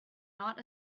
not